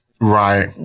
Right